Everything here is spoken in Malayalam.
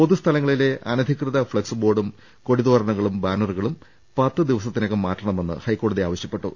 പൊതുസ്ഥലങ്ങളിലെ അനധികൃത ഫ്ളക്സ് ബോർഡും കൊടി തോരണങ്ങളും ബാനറുകളും പത്തു ദിവസത്തിനകം മാറ്റണമെന്ന് ഹൈക്കോടതി ആവശ്യപ്പെട്ടു